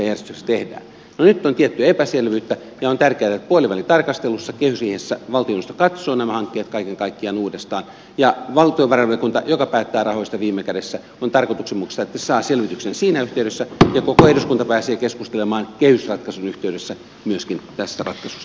no nyt on tiettyä epäselvyyttä ja on tärkeätä että puolivälitarkastelussa kehysriihessä valtioneuvosto katsoo nämä hankkeet kaiken kaikkiaan uudestaan ja on tarkoituksenmukaista että valtiovarainvaliokunta joka päättää rahoista viime kädessä saa selvityksen siinä yhteydessä ja koko eduskunta pääsee keskustelemaan kehysratkaisun yhteydessä myöskin tästä ratkaisusta